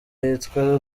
yitwa